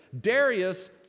Darius